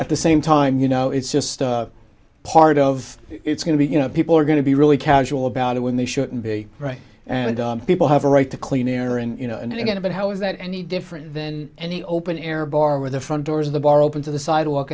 at the same time you know it's just part of it's going to be you know people are going to be really casual about it when they shouldn't be right and people have a right to clean air and you know and again but how is that any different than any open air bar where the front doors of the bar open to the sidewalk